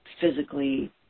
physically